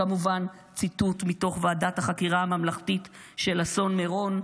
כמובן ציטוט מתוך דוח ועדת החקירה הממלכתית של אסון מירון,